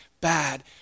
bad